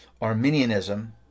Arminianism